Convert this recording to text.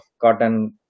cotton